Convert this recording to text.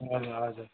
हजर हजर